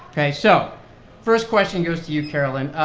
ok? so first question goes to you, caroline.